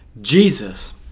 Jesus